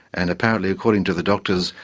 and apparently, according to the doctors,